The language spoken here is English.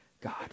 God